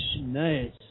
Nice